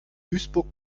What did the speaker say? duisburg